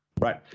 right